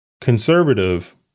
Conservative